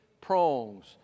prongs